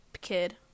kid